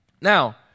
Now